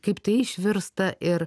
kaip tai išvirsta ir